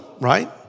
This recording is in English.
right